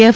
F